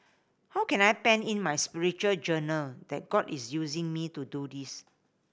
how can I pen in my spiritual journal that God is using me to do this